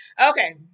Okay